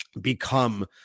become